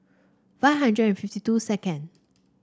five hundred and fifty two second